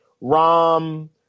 Rom